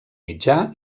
mitjà